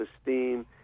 esteem